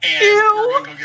Ew